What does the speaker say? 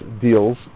deals